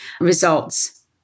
results